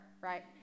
right